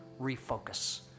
refocus